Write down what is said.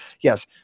yes